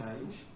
change